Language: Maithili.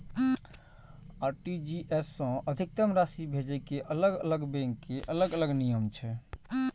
आर.टी.जी.एस सं अधिकतम राशि भेजै के अलग अलग बैंक के अलग अलग नियम छै